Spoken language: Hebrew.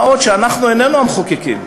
מה גם שאנחנו איננו המחוקקים,